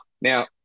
Now